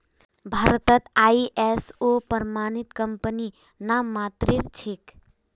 भारतत आई.एस.ओ प्रमाणित कंपनी नाममात्रेर छेक